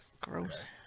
gross